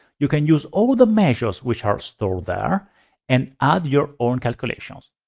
you can use all the measures, which are stored there and add your own calculations.